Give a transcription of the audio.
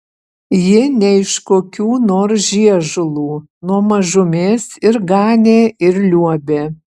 ji ne iš kokių nors žiežulų nuo mažumės ir ganė ir liuobė